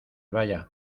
vaya